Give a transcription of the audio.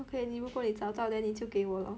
okay 你如果你找到你就给我 lor